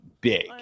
big